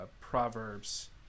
Proverbs